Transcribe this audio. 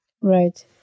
right